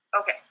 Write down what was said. Okay